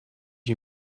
you